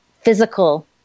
physical